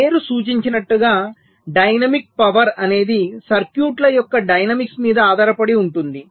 పేరు సూచించినట్లుగా dynamic power అనేది సర్క్యూట్ల యొక్క డైనమిక్స్ మీద ఆధారపడి ఉంటుంది